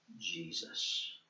Jesus